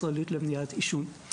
יושב ראש המועצה הישראלית למניעת עישון.